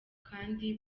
kandi